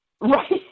Right